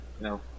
no